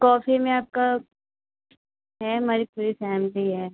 coffee में आपका है हमारी पूरी फ़ैमिली है